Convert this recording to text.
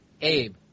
Abe